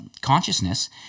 consciousness